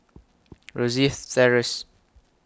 Rosyth Terrace